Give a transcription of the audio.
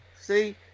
See